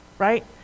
right